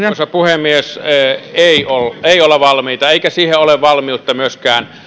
arvoisa puhemies ei olla valmiita eikä siihen ole valmiutta myöskään